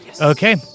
Okay